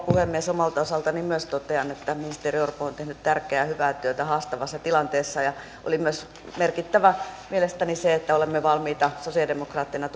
puhemies omalta osaltani myös totean että ministeri orpo on tehnyt tärkeää ja hyvää työtä haastavassa tilanteessa oli myös merkittävää mielestäni se että olemme valmiita sosialidemokraatteina